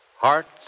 hearts